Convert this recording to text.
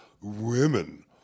women